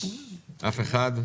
הצבעה אושר.